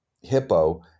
Hippo